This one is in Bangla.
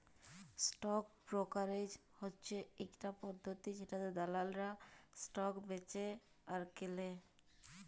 স্টক ব্রকারেজ হচ্যে ইকটা পদ্ধতি জেটাতে দালালরা স্টক বেঁচে আর কেলে